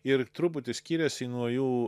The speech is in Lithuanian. ir truputį skiriasi nuo jų